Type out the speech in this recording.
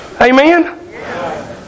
Amen